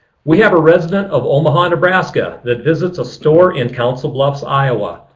we have a resident of omaha, nebraska that visits a store in council bluffs, iowa.